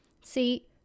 See